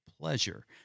pleasure